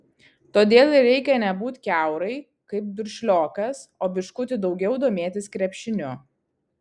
todėl ir reikia nebūt kiaurai kaip duršliokas o biškutį daugiau domėtis krepšiniu